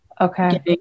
Okay